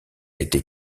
été